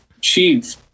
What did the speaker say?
chief